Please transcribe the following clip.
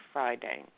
Friday